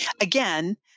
Again